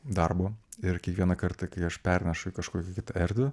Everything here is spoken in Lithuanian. darbo ir kiekvieną kartą kai aš pernešu į kažkurią kitą erdvę